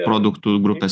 produktų grupės